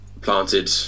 planted